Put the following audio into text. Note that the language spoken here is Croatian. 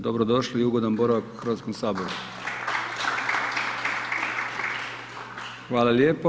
Dobrodošli i ugodan boravak u HS-u. … Hvala lijepo.